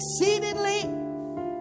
exceedingly